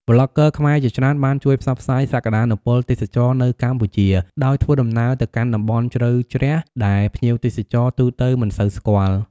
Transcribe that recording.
ប្លុកហ្គើខ្មែរជាច្រើនបានជួយផ្សព្វផ្សាយសក្ដានុពលទេសចរណ៍នៅកម្ពុជា ដោយធ្វើដំណើរទៅកាន់តំបន់ជ្រៅជ្រះដែលភ្ញៀវទេសចរទូទៅមិនសូវស្គាល់។